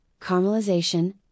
caramelization